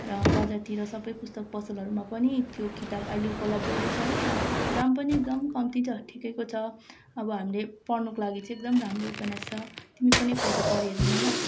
र बजारतिर सबै पुस्तक पसलहरूमा पनि त्यो किताब अहिले उपलब्ध रहेछ है दाम पनि एकदम कम्ती छ ठिकैको छ अब हामीले पढ्नुको लागि चाहिँ एकदम राम्रो उपन्यास छ तिमी पनि एकपल्ट पढिहेर न ल